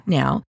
now